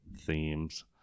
themes